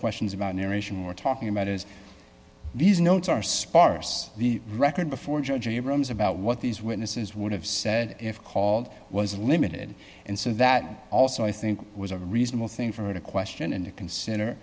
questions about narration we're talking about is these notes are sparse the record before judge abrams about what these witnesses would have said if called was limited and so that also i think was a reasonable thing for her to question and to consider